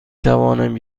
توانم